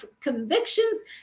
convictions